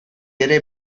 ere